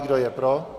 Kdo je pro?